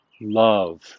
love